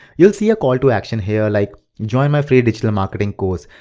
you'll see a call to action here like, join my free digital marketing course.